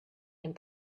and